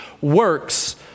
works